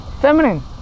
feminine